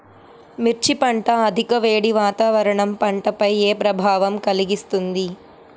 మిర్చి పంట అధిక వేడి వాతావరణం పంటపై ఏ ప్రభావం కలిగిస్తుంది?